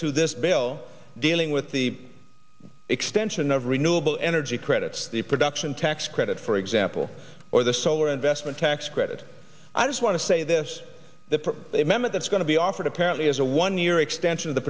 to this bill dealing with the extension of renewable energy credits the production tax credit for example or the solar investment tax credit i just want to say this that a mammoth that's going to be offered apparently is a one year extension